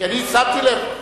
כי אני שמתי לב,